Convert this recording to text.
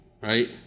right